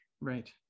Right